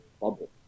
bubble